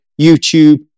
YouTube